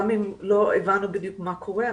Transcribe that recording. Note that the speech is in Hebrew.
גם אם לא הבנו בדיוק מה קורה,